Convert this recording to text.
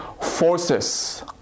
forces